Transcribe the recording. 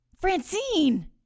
Francine